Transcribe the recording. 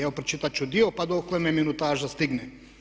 Evo pročitat ću dio pa dokle me minutaža stigne.